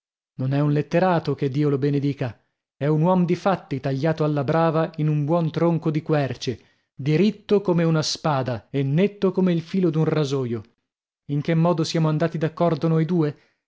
non è un letterato che dio lo benedica è un uom di fatti tagliato alla brava in un buon tronco di querce diritto come una spada e netto come il filo d'un rasoio in che modo siamo andati d'accordo noi due